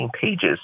pages